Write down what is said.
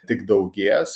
tik daugės